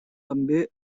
també